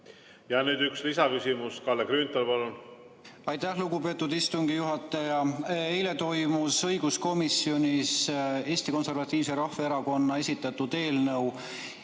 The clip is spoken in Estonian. Nüüd üks lisaküsimus. Kalle Grünthal, palun! Aitäh, lugupeetud istungi juhataja! Eile arutati õiguskomisjonis Eesti Konservatiivse Rahvaerakonna esitatud eelnõu,